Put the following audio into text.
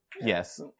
Yes